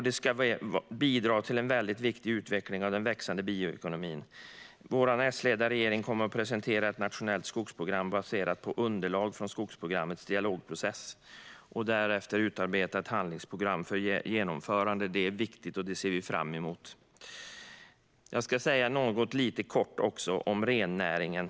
Det ska bidra till en mycket viktig utveckling av den växande bioekonomin. Vår S-ledda regering kommer att presentera ett nationellt skogsprogram baserat på underlag från skogsprogrammets dialogprocess och därefter utarbeta ett handlingsprogram för genomförande. Det är viktigt, och det ser vi fram emot. Jag ska lite kort säga något också om rennäringen.